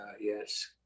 yes